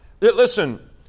listen